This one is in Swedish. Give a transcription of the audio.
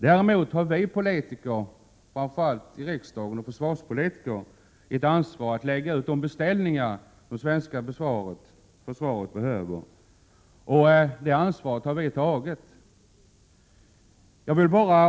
Däremot har vi politiker — framför allt i riksdagen och som försvarspolitiker — ett ansvar för att lägga ut de beställningar som det svenska försvaret behöver. Det ansvaret har vi tagit.